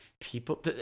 people